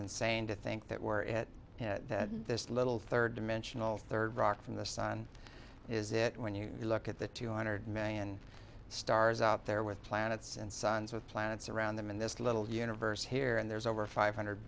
insane to think that were it that this little third dimensional third rock from the sun is it when you look at the two hundred million stars out there with planets and suns with planets around them in this little universe here and there's over five hundred